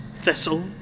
thistle